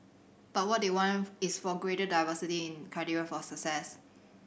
but what they want is for a greater diversity in criteria for success